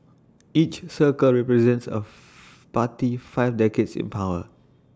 each circle represents of party's five decades in power